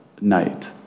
night